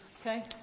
Okay